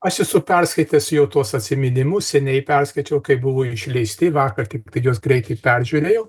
aš esu perskaitęs jau tuos atsiminimus seniai perskaičiau kai buvo išleisti vakar tiktai juos greitai peržiūrėjau